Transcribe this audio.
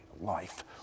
life